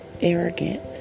arrogant